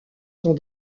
sont